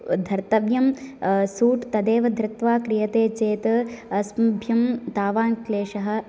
धर्तव्यं suit तदेव धृत्वा क्रियते चेत् अस्मभ्यं तावान् क्लेशः